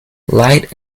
light